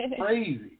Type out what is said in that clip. Crazy